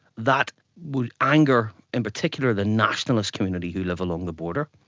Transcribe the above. that would anger in particular the nationalist community who live along the border.